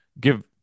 give